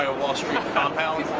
ah wall street compound.